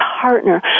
partner